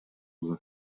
кызы